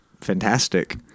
fantastic